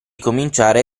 cominciare